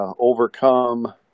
overcome